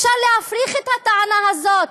אפשר להפריך את הטענה הזאת,